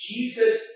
Jesus